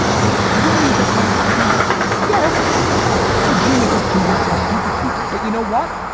and that really is a kind of genius. yes. it's it's the genius of convincing stupid people. but you know what?